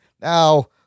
now